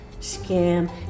scam